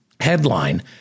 headline